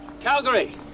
Calgary